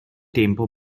tempo